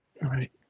Right